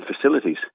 facilities